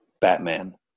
Batman